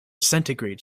centigrade